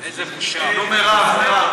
נו, מירב.